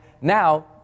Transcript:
now